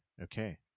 okay